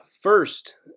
first